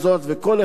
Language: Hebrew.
שמא ייפגע.